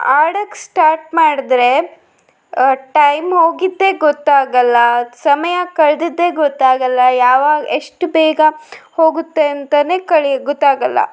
ಆಡಕ್ಕೆ ಸ್ಟಾರ್ಟ್ ಮಾಡಿದ್ರೆ ಟೈಮ್ ಹೋಗಿದ್ದೇ ಗೊತ್ತಾಗೋಲ್ಲ ಸಮಯ ಕಳೆದಿದ್ದೆ ಗೊತ್ತಾಗೋಲ್ಲ ಯಾವಾಗ ಎಷ್ಟು ಬೇಗ ಹೋಗುತ್ತೆ ಅಂತಾನೆ ಕಳಿ ಗೊತ್ತಾಗೋಲ್ಲ